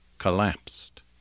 collapsed